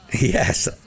yes